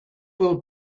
will